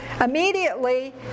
immediately